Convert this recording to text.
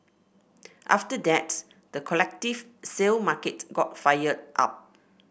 after that the collective sale market got fired up